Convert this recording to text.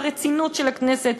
ברצינות של הכנסת,